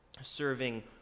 serving